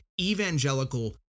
evangelical